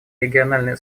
региональное